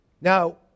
Now